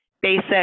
basic